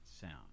sound